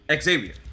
Xavier